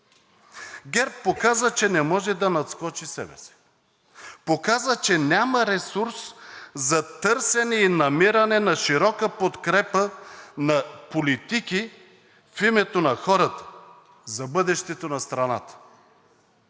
ГЕРБ показа, че не може да надскочи себе си. Показа, че няма ресурс за търсене и намиране на широка подкрепа на политики в името на хората, за бъдещето на страната.